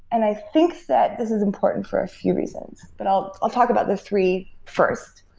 and i think that this is important for a few reasons, but i'll i'll talk about the three first.